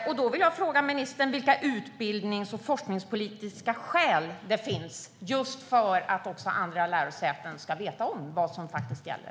För att andra lärosäten ska veta om vad som faktiskt gäller vill jag fråga ministern: Vilka utbildnings och forskningspolitiska skäl finns det?